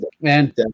man